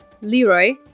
leroy